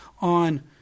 on